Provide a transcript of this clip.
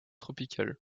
tropical